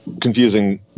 confusing